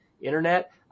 internet